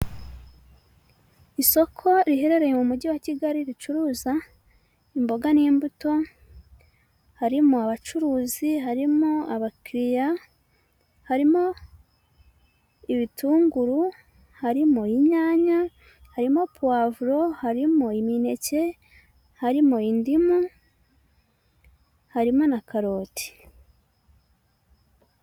Isoko riherereye mu mujyi wa Kigali ricuruza imboga n'imbuto harimo abacuruzi harimo abakiriya, harimo ibitunguru, harimo inyanya, harimo puwavuro, harimo imineke, harimo indimu, harimo na karoti.